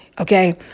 Okay